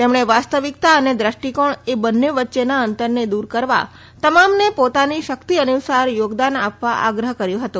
તેમણે વાસ્તવિકતા અને વ્રષ્ટિકોણ એ બંને વચ્ચેના અંતરને દૂર કરવા તમામને પોતાની શક્તિ અનુસાર યોગદાન આપવા આગ્રહ્ કર્યો હતો